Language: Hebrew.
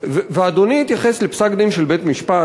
ואדוני התייחס לפסק-דין של בית-משפט,